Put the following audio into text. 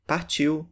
Partiu